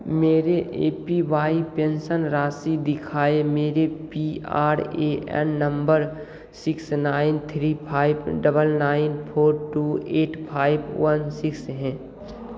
मेरी A P Y pension राशि दिखाएँ मेरा P R A N number six nine three five double nine four two eight five one six है